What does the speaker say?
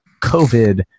COVID